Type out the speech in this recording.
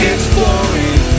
Exploring